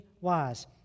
wise